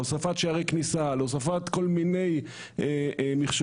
להוספת שערי כניסה,